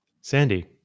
Sandy